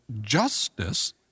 justice